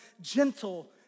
gentle